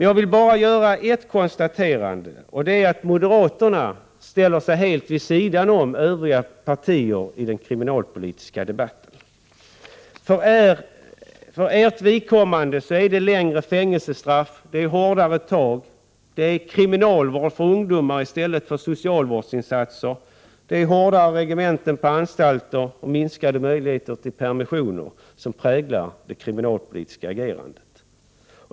Jag vill emellertid göra det konstaterandet att moderaterna ställer sig helt vid sidan om övriga partier i den kriminalpolitiska debatten. För moderaternas vidkommande är det längre fängelsestraff, hårdare tag, kriminalvård för ungdomar i stället för socialvårdsinsatser, hårdare regemente på anstalter och minskäde möjligheter till permissioner som präglar det kriminalpolitiska agerandet.